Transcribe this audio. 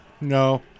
no